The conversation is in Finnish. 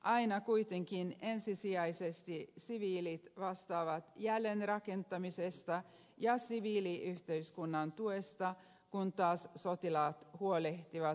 aina kuitenkin ensisijaisesti siviilit vastaavat jälleenrakentamisesta ja siviiliyhteiskunnan tuesta kun taas sotilaat huolehtivat turvallisuustilanteesta